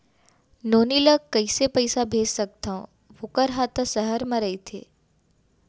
नोनी ल कइसे पइसा भेज सकथव वोकर हा त सहर म रइथे?